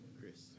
Chris